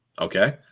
Okay